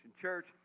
Church